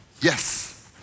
Yes